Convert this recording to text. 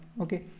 okay